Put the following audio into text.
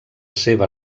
seva